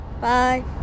Bye